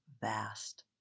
vast